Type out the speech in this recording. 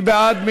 מי בעד?